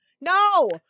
No